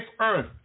earth